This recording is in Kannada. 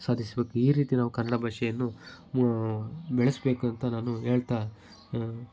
ಸಾಧಿಸಬೇಕು ಈ ರೀತಿ ನಾವು ಕನ್ನಡ ಭಾಷೆಯನ್ನು ಬೆಳೆಸಬೇಕಂತ ನಾನು ಹೇಳ್ತಾ